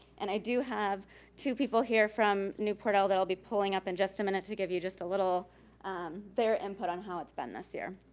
and i do have two people here from newport el that i'll be pulling up in just a minute to give you just a little clear input on how it's been this year.